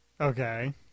Okay